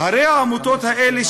הרי העמותות האלה,